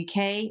UK